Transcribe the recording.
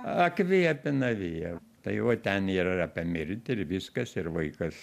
ak vija pinavija tai va ten ir apie mirtį ir viskas ir vaikas